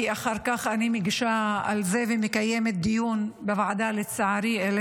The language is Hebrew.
כי אחר כך אני מגישה ומקיימת דיון על זה בוועדה לצעירים,